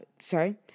Sorry